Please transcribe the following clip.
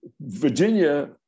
Virginia